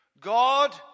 God